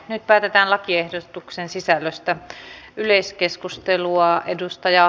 nyt päätetään lakiehdotuksen sisällöstä